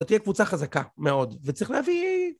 תהיה קבוצה חזקה, מאוד.וצריך להביא...